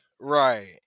Right